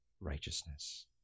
righteousness